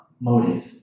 motive